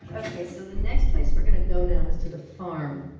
ok. so the next place we're going to go now is to the farm.